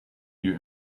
you